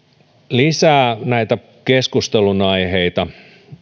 lisäksi näitä keskustelunaiheita